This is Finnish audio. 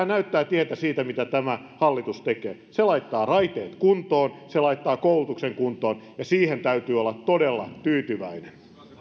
näyttää tietä siitä mitä tämä hallitus tekee se laittaa raiteet kuntoon se laittaa koulutuksen kuntoon ja siihen täytyy olla todella tyytyväinen